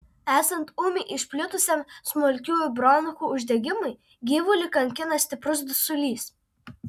esant ūmiai išplitusiam smulkiųjų bronchų uždegimui gyvulį kankina stiprus dusulys